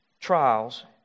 trials